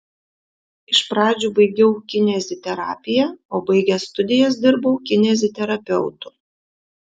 iš pradžių baigiau kineziterapiją o baigęs studijas dirbau kineziterapeutu